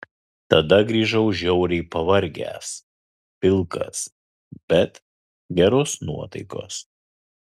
tada grįžau žiauriai pavargęs pilkas bet geros nuotaikos